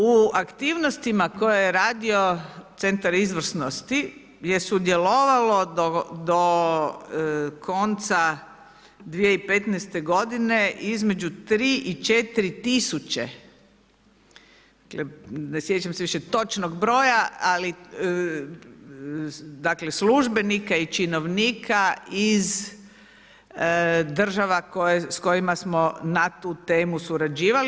U aktivnostima koje je radio centar izvrsnosti je sudjelovalo do konca 2015. godine između 3 i 4 tisuće dakle, ne sjećam se više točnog broja, ali dakle službenika i činovnika iz država s kojima smo na tu temu surađivali.